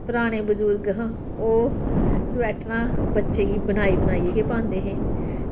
पराने बुजुर्ग ह ओह् स्वेटरां बच्चें गी बनाई बनाइयै गै पांदे हे